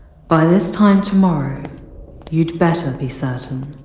by this time tomorrow you'd better be certain